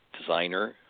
designer